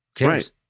Right